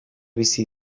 bizi